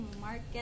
market